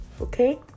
Okay